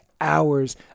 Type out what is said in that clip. Hours